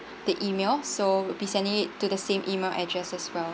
the email so we'll be sending it to the same email address as well